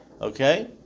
Okay